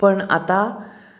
पण आता